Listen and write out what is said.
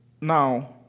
Now